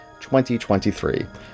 2023